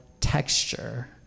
texture